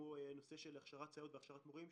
כמו למשל בנושא של הכשרת סייעות והכשרת מורים,